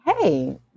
Hey